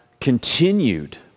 continued